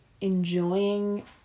enjoying